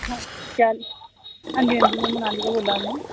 हां जी हां जी में मनाली दा बोलै नि आं